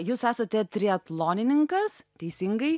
jūs esate triatlonininkas teisingai